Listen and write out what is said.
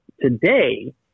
today